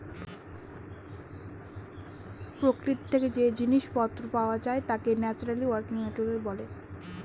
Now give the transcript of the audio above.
প্রকৃতি থেকে যে জিনিস পত্র পাওয়া যায় তাকে ন্যাচারালি অকারিং মেটেরিয়াল বলে